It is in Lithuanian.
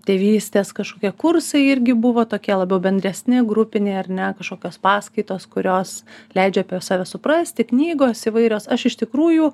tėvystės kašokie kursai irgi buvo tokie labiau bendresni grupiniai ar ne kašokios paskaitos kurios leidžia apie save suprasti knygos įvairios aš iš tikrųjų